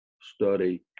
study